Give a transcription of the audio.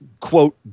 quote